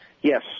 Yes